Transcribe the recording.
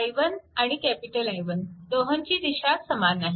i1 आणि I1 दोहोंची दिशा समान आहे